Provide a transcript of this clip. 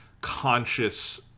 conscious